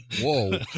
whoa